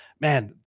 Man